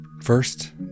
First